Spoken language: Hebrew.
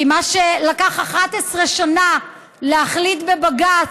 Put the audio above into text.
כי מה שלקח 11 שנה להחליט בבג"ץ,